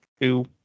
two